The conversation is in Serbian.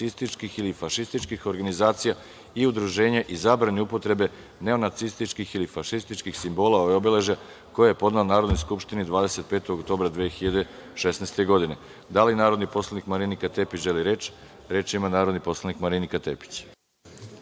ili fašističkih organizacija i udruženje i zabranu upotrebe neonacističkih ili fašističkih simbola i obeležja, koje je podnela Narodnoj skupštini 25. oktobra 2016. godine. Da li narodni poslanik Marinika Tepić želi reč? Reč ima narodni poslanik Marinika Tepić.